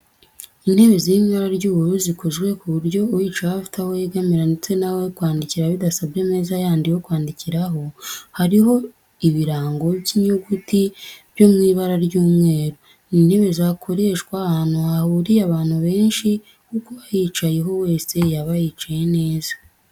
Intebe ziri mu ibara ry'ubururu zikozwe ku buryo uyicayeho aba afite aho yegamira ndetse n'aho kwandikira bidasabye ameza yandi yo kwandikiraho, hariho ibirango by'inyuguti byo mu ibara ry'umweru. Ni intebe zakoreshwa ahantu hahuriye abantu benshi kuko uwayicaraho wese yaba yicaye neza.